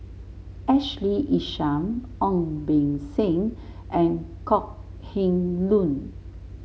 Ashley Isham Ong Beng Seng and Kok Heng Leun